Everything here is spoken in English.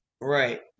right